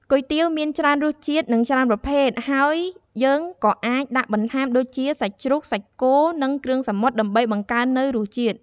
គុយទាវមានច្រើនរសជាតិ និងច្រើនប្រភេទ ហើយយើងក៏អាចដាក់បន្ថែមដូចជា សាច់ជ្រូក សាច់គោ និងគ្រឿងសមុទ្រដើម្បីបង្កើននៅរសជាតិ។